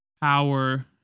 power